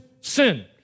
sin